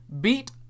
Beat